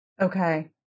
Okay